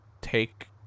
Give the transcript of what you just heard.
take